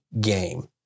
game